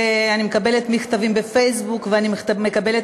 אני מקבלת מכתבים בפייסבוק ואני מקבלת